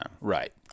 Right